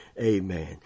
amen